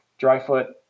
Dryfoot